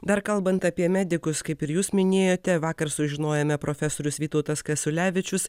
dar kalbant apie medikus kaip ir jūs minėjote vakar sužinojome profesorius vytautas kasiulevičius